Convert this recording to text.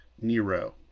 Nero